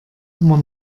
immer